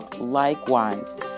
likewise